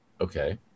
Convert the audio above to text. okay